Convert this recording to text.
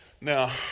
now